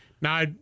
Now